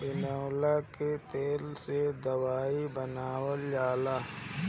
बिनौला के तेल से दवाईओ बनावल जाला